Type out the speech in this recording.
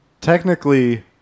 technically